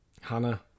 Hannah